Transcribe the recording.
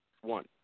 one